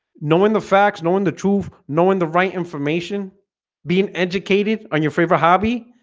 knowing the facts knowing the truth knowing the right information being educated on your favorite hobby.